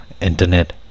internet